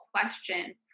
question